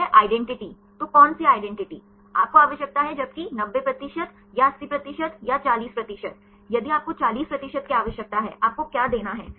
यह आइडेंटिटी तो कौन सी आइडेंटिटी आपको आवश्यकता है जबकि 90 प्रतिशत या 80 प्रतिशत या 40 प्रतिशत यदि आपको 40 प्रतिशत की आवश्यकता है आपको क्या देना है